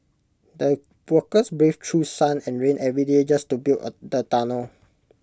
the workers braved through sun and rain every day just to build A tunnel